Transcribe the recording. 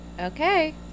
Okay